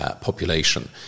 population